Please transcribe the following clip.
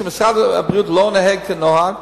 שמשרד הבריאות לא נוהג כנוהג?